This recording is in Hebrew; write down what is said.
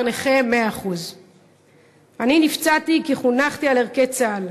נכה 100%. אני נפצעתי כי חונכתי על ערכי צה"ל,